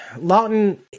lawton